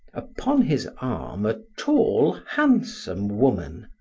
upon his arm a tall, handsome woman,